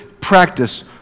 practice